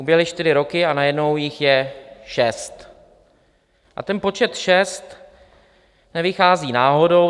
Uběhly čtyři roky a najednou jich je šest, a ten počet šest nevychází náhodou.